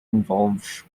involves